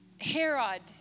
Herod